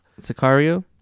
Sicario